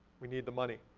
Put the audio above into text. we need the money.